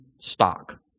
stock